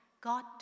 God